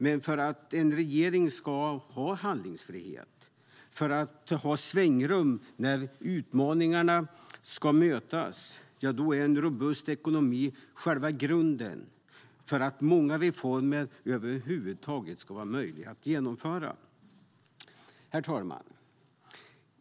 Men ska en regering ha handlingsfrihet och svängrum när utmaningarna ska mötas är en robust ekonomi själva grunden för att många reformer över huvud taget ska vara möjliga att genomföra. Herr talman!